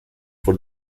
for